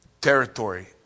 territory